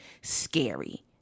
scary